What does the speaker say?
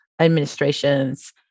administrations